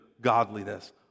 godliness